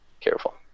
careful